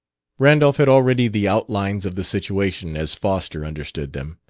randolph had already the outlines of the situation as foster understood them.